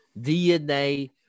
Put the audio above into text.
DNA